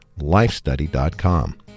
lifestudy.com